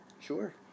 Sure